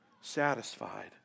satisfied